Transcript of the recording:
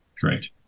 Correct